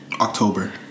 October